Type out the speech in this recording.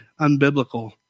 unbiblical